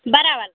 बड़ी वाली